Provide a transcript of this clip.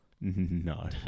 No